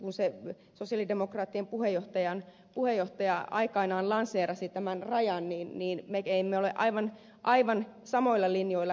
kun sosialidemokraattien puheenjohtaja aikanaan lanseerasi tämän rajan niin me emme ole aivan samoilla linjoilla tästäkään asiasta